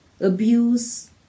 abuse